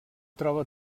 troba